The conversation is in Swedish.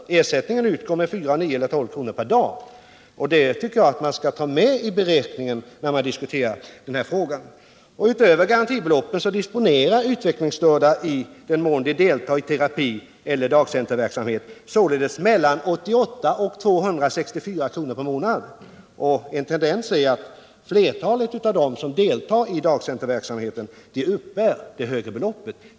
Ersättningen utgår med 4,9 eller 12 kr. per dag, och det tycker jag man skall ta med i beräkningen när man diskuterar denna fråga. Utöver garantibeloppet disponerar utvecklingsstörda, i den mån de deltar i terapieller dagcenterverksamhet, således mellan 88 och 264 kr. per månad. En tendens är att flertalet av dem som deltar i dagcenterverksamheten uppbär det högre beloppet.